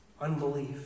unbelief